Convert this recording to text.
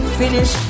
finish